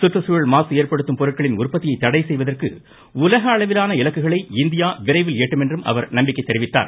சுற்றுச்சூழல் மாசு ஏற்படுத்தும் பொருட்களின் உற்பத்தியை தடை செய்வதற்கு உலக அளவிலான இலக்குகளை இந்தியா விரைவில் எட்டும் என்றும் அவர் நம்பிக்கை கெரிவித்தார்